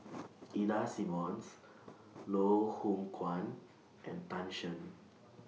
Ida Simmons Loh Hoong Kwan and Tan Shen